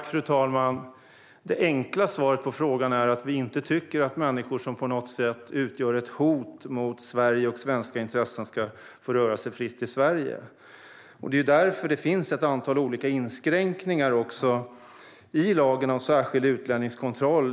Fru talman! Det enkla svaret på frågan är att vi inte tycker att människor som på något sätt utgör ett hot mot Sverige och svenska intressen ska få röra sig fritt i Sverige. Det är därför det finns ett antal olika inskränkningar i lagen om särskild utlänningskontroll.